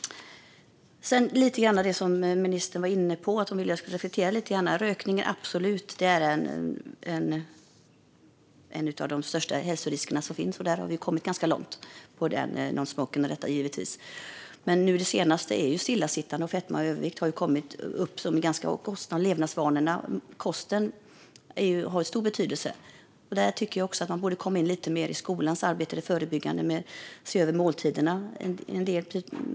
Ministern ville att jag skulle reflektera lite. Rökning är absolut en av de största hälsoriskerna som finns, och där har vi kommit ganska långt med Non Smoking med mera. Det senaste som har kommit upp är dock stillasittande, fetma och övervikt, liksom kost och levnadsvanor. Kosten har ju stor betydelse. Där tycker jag att man borde komma in lite mer med det förebyggande arbetet i skolan och se över måltiderna.